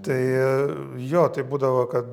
tai jo taip būdavo kad